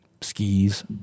skis